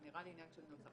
זה נראה לי עניין של נוסח.